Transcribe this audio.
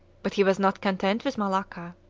but he was not content with malacca.